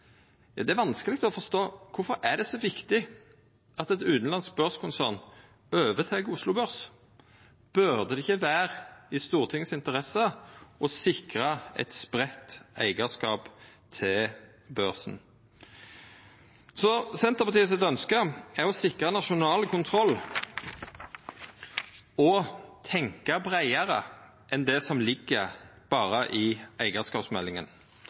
Det er vanskeleg å forstå: Kvifor er det så viktig at eit utanlandsk børskonsern overtek Oslo Børs? Burde det ikkje vera i Stortingets interesse å sikra eit spreidd eigarskap til børsen? Senterpartiets ønske er å sikra nasjonal kontroll og tenkja breiare enn berre det som ligg i eigarskapsmeldinga.